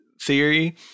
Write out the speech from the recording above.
theory